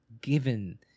given